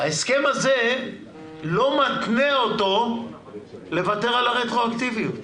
ההסכם הזה לא מתנה אותו לוותר על הרטרואקטיביות,